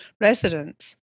residents